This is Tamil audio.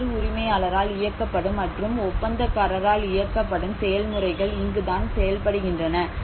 வெவ்வேறு உரிமையாளரால் இயக்கப்படும் மற்றும் ஒப்பந்தக்காரரால் இயக்கப்படும் செயல்முறைகள் இங்குதான் செயல்படுகின்றன